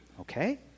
Okay